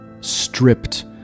stripped